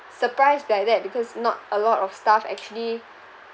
surprised by that because not a lot of staff actually